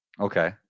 Okay